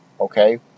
Okay